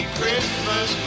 Christmas